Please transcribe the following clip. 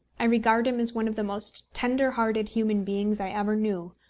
i regard him as one of the most tender-hearted human beings i ever knew,